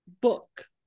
book